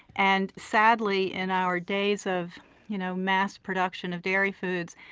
and sadly in our days of you know mass production of dairy foods,